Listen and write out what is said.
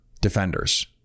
Defenders